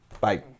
Bye